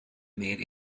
made